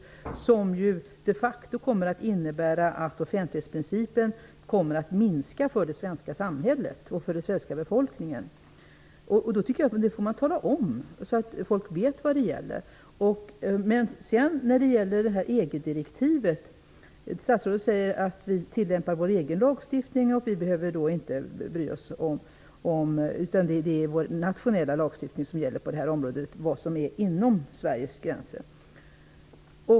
Detta kommer de facto att innebära att offentlighetsprincipens betydelse kommer att minska för det svenska samhället och för den svenska befolkningen. Jag tycker att man skall tala om detta, så att folk vet vad som gäller. Om EG-direktivet säger statsrådet att vi tillämpar vår egen lagstiftning och att vi inte behöver bry oss därför att det vår nationella lagstiftning som gäller på det här området -- alltså beträffande vad som är inom Sveriges gränser.